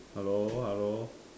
hello hello